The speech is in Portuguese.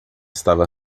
estava